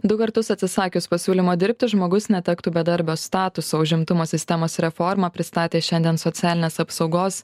du kartus atsisakius pasiūlymo dirbti žmogus netektų bedarbio statuso užimtumo sistemos reformą pristatė šiandien socialinės apsaugos